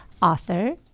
author